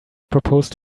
proposed